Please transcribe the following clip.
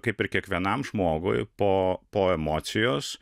kaip ir kiekvienam žmogui po po emocijos